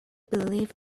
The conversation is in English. believe